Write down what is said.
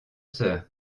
sœur